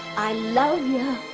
i love ya,